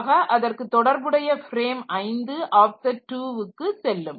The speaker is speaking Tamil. ஆக அதற்கு தொடர்புடைய ஃப்ரேம் 5 ஆப்செட் 2 க்கு செல்லும்